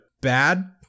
bad